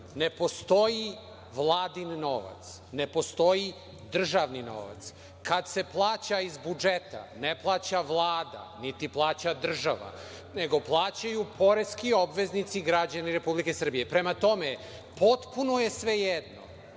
ne postoji vladin novac. Ne postoji državni novac. Kad se plaća iz budžeta, ne plaća Vlada, niti plaća država, nego plaćaju poreski obveznici, građani Republike Srbije. Prema tome, potpuno je svejedno